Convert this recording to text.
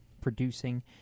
producing